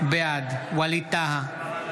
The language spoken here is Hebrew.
בעד ווליד טאהא,